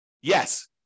Yes